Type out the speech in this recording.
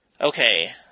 Okay